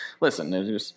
listen